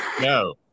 No